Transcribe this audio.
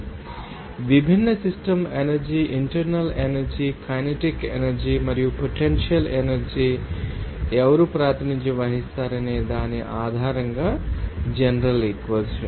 మీలాంటి విభిన్న system energy internal energy kinetic energy మరియు పొటెన్షియల్ ఎనర్జీ అని తెలుసు మీరు ఎవరు ప్రాతినిధ్యం వహిస్తారనే దాని ఆధారంగా జనరల్ ఈక్వెషన్